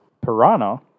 Piranha